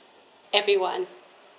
everyone